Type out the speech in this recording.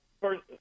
First